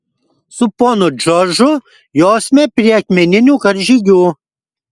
su ponu džordžu josime prie akmeninių karžygių